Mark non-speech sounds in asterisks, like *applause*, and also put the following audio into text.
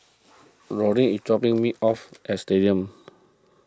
Lorin is dropping me off *noise* at Stadium